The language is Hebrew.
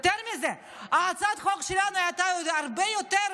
מזה, הצעת החוק שלנו הייתה הרבה יותר